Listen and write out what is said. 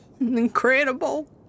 Incredible